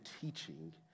teaching